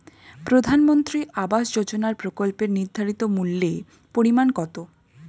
প্রধানমন্ত্রী আবাস যোজনার প্রকল্পের নির্ধারিত মূল্যে পরিমাণ কত?